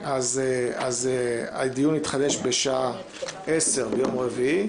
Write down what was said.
אז הדיון יתחדש בשעה 10:00 ביום רביעי.